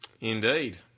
Indeed